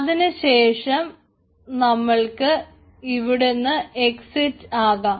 അതിനുശേഷം നമ്മൾക്ക് ഇവിടുന്ന് എക്സിറ്റ് ആകാം